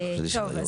טוב,